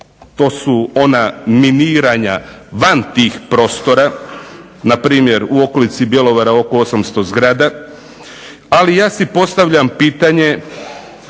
To su ona miniranja van tih prostora. Na primjer u okolici Bjelovara oko 800 zgrada. Ali, ja si postavljam pitanje